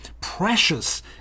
precious